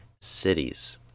cities